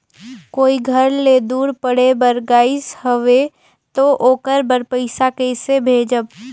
कोई घर ले दूर पढ़े बर गाईस हवे तो ओकर बर पइसा कइसे भेजब?